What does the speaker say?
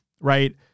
Right